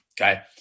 Okay